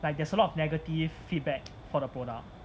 like there's a lot of negative feedback for the product